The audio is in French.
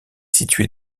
situé